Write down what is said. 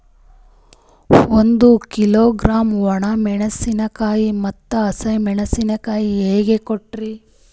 ಒಂದ ಕಿಲೋಗ್ರಾಂ, ಒಣ ಮೇಣಶೀಕಾಯಿ ಮತ್ತ ಹಸಿ ಮೇಣಶೀಕಾಯಿ ಹೆಂಗ ಕೊಟ್ರಿ?